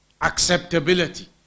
acceptability